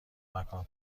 مکان